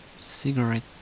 cigarette